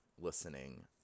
listening